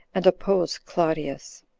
and oppose claudius.